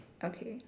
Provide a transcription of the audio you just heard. okay